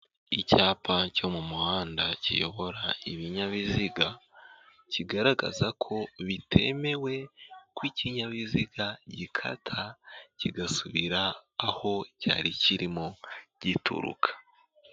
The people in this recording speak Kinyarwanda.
Icyapa cyo mu muhanda kiyobora ibinyabiziga kigaragaza ko bitemewe ko ikinyabiziga gikata kigasubira aho cyari kirimo gituruka.